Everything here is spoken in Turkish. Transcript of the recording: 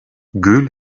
gül